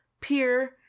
peer